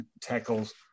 tackles